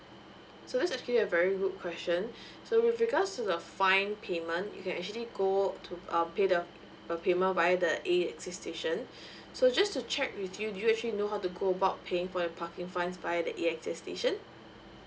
so this is actually a very good question so with regards to the fine payment you can actually go to uh pay the the payment via the A_X_S station so just to check with you do you actually know how to go about paying for the parking fines by the A_X_S station